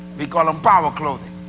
we call em power clothing.